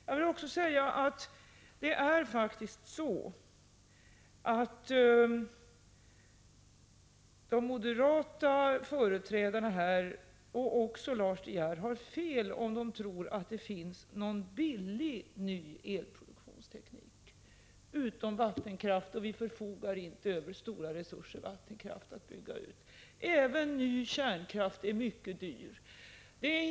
Jag vill också säga att moderaternas företrädare här och också Lars De Geer har fel om de tror att det finns någon billig ny elproduktionsteknik utom vattenkraft — och vi förfogar inte över stora resurser vattenkraft att bygga ut. Även ny kärnkraft är mycket dyr.